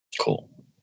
Cool